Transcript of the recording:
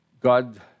God